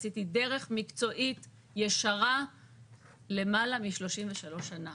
עשיתי דרך מקצועית ישרה למעלה מ-33 שנה,